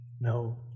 No